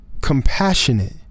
compassionate